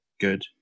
good